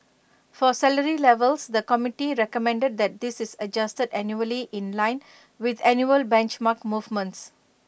for salary levels the committee recommended that this is adjusted annually in line with annual benchmark movements